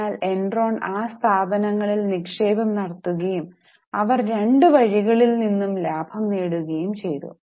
അതിനാൽ എൻറോൺ ആ സ്ഥാപനങ്ങളിൽ നിക്ഷേപം നടത്തുകയും അവർ രണ്ട് വഴികളിൽ നിന്നും ലാഭം നേടുകയും ചെയ്തു